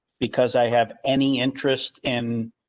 because i have any interest in.